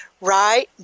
right